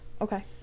okay